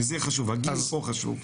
הגיל פה חשוב.